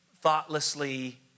thoughtlessly